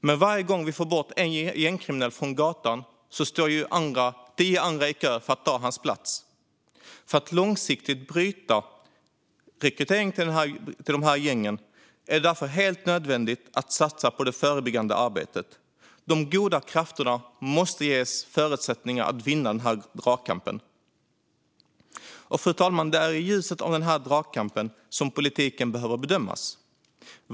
Men varje gång vi får bort en gängkriminell från gatan står tio andra i kö för att ta hans plats. För att långsiktigt bryta rekryteringen till gängen är det därför helt nödvändigt att satsa på det förebyggande arbetet. De goda krafterna måste ges förutsättningar att vinna dragkampen. Fru talman! Det är i ljuset av denna dragkamp som politiken behöver bedömas.